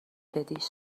بدیش